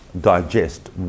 digest